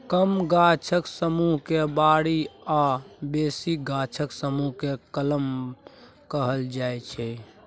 कम गाछक समुह केँ बारी आ बेसी गाछक समुह केँ कलम कहल जाइ छै